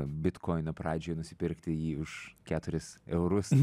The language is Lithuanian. bitkoiną pradžioje nusipirkti jį už keturis eurus